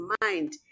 mind